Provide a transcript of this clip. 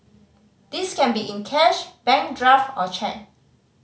this can be in cash bank draft or cheque